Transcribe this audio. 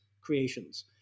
creations